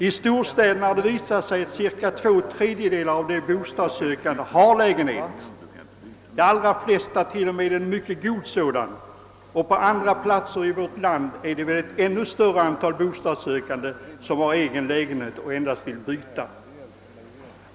I storstäderna har det visat sig att ungefär två tredjedelar av de bostads sökande har lägenhet — de allra flesta t.o.m. en mycket god sådan — och på andra platser i vårt land är det ett ännu större antal bostadssökande som har egen lägenhet och endast vill byta.